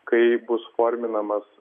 kai bus forminamas